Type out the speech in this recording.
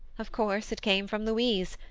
of course it came from louise,